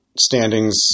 standings